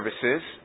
services